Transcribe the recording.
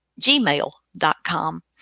gmail.com